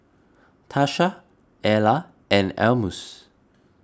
Tasha Ella and Almus